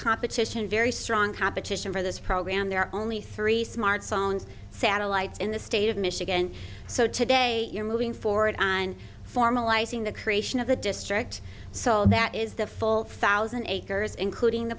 competition very strong competition for this program there are only three smartphones satellites in the state of michigan so today we're moving forward on formalizing the creation of the district so that is the full thousand acres including the